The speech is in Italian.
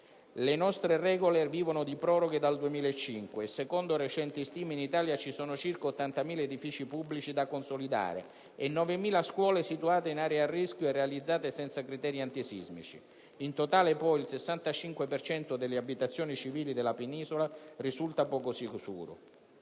Le nostre regole antisismiche vivono di proroghe dal 2005 e, secondo recenti stime, in Italia ci sono circa 80.000 edifici pubblici da consolidare e 9.000 scuole situate in aree a rischio e realizzate senza criteri antisismici. In totale, poi, il 65 per cento delle abitazioni civili della Penisola risulta poco sicuro.